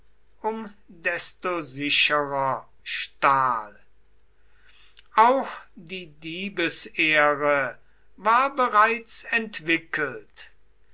desto sicherer stahl auch die diebesehre war bereits entwickelt